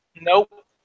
Nope